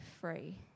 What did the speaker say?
free